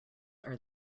are